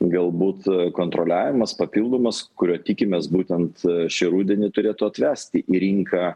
galbūt kontroliavimas papildomas kurio tikimės būtent šį rudenį turėtų atvesti į rinką